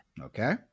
okay